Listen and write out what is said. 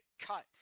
cut